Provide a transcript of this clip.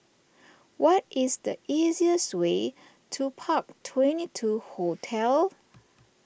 what is the easiest way to Park Twenty two Hotel